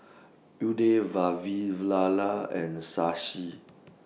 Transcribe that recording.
Udai Vavilala and Shashi